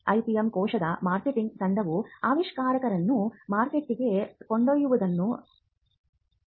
IPM ಕೋಶದ marketing ತಂಡವು ಆವಿಷ್ಕಾರವನ್ನು ಮಾರುಕಟ್ಟೆಗೆ ಕೊಂಡೊಯ್ಯುವುದನ್ನು ಖಚಿತಪಡಿಸುತ್ತದೆ